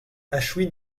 ashwin